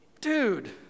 dude